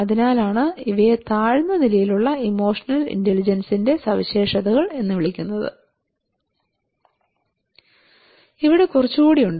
അതിനാലാണ് ഇവയെ താഴ്ന്ന നിലയിലുള്ള ഇമോഷണൽ ഇന്റലിജൻസിന്റെ സവിശേഷതകൾ എന്ന് വിളിക്കുന്നത് ഇവിടെ കുറച്ച് കൂടി ഉണ്ട്